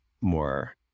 more